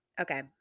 Okay